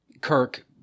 Kirk